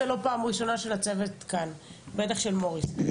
זו לא הפעם הראשונה של הצוות כאן, בטח של מוריס.